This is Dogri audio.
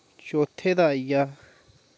चौथे दा आई गेआ